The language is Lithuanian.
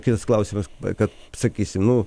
kils klausimas kad sakysim nu